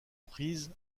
prises